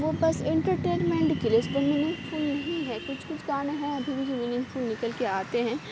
وہ بس انٹرٹینمینٹ کے لیے اس پر میننگ فل نہیں ہیں کچھ کچھ گانے ہیں ابھی بھی جو میننگ فل نکل کے آتے ہیں